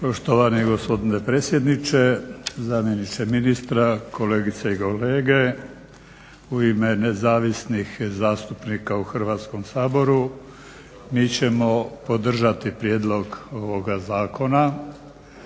Štovani gospodine predsjedniče, zamjeniče ministra, kolegice i kolege. U ime nezavisnih zastupnika u Hrvatskom saboru mi ćemo podržati prijedlog ovog zakona,